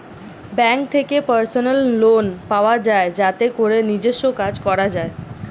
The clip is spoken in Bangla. ব্যাংক থেকে পার্সোনাল লোন পাওয়া যায় যাতে করে নিজস্ব কাজ করা যায়